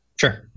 Sure